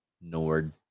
nord